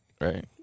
right